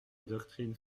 doctrine